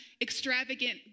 extravagant